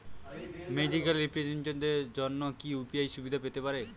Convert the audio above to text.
Medical রিপ্রেজন্টেটিভদের জন্য কি ইউ.পি.আই সুবিধা পেতে পারে?